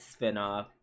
spinoff